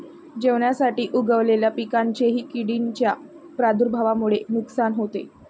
जेवणासाठी उगवलेल्या पिकांचेही किडींच्या प्रादुर्भावामुळे नुकसान होते